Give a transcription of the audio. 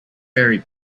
berry